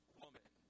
woman